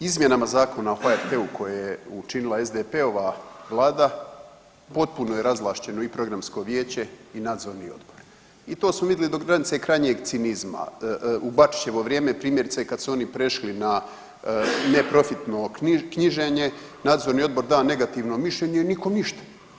Izmjenama Zakona o HRT-u koje je učinila SDP-ova Vlada potpuno je razvlašćeno i Programsko vijeće i Nadzorni odbor i to smo vidli do granice krajnjeg cinizma, u Bačićevo vrijeme, primjerice, kad su oni prešli na neprofitno knjiženje, Nadzorni odbor da negativno mišljenje, nikom ništa.